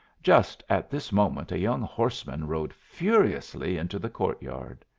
just at this moment a young horseman rode furiously into the court-yard.